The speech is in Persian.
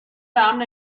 امن